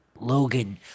Logan